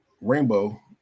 Rainbow